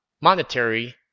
monetary